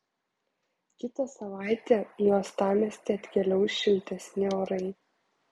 kitą savaitę į uostamiestį atkeliaus šiltesni orai